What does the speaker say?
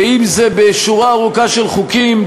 ואם בשורה ארוכה של חוקים,